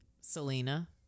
Selena